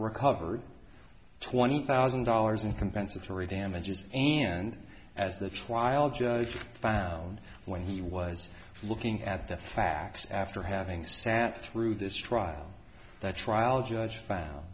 recovered twenty thousand dollars in compensatory damages and as the trial judge found when he was looking at the facts after having sat through this trial that trial judge found